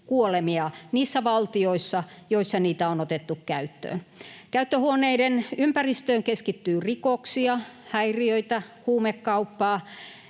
niissä valtioissa, joissa niitä on otettu käyttöön. Käyttöhuoneiden ympäristöön keskittyy rikoksia, häiriöitä ja huumekauppaa.